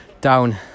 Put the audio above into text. down